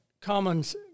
commons